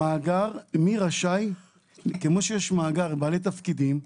מאגר מי רשאי, מאגר של בעלי תפקידים.